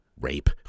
Rape